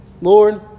Lord